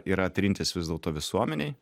yra trintys vis dėlto visuomenėj